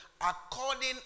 according